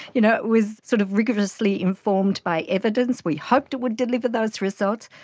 you know it was sort of rigorously informed by evidence. we hoped it would deliver those results,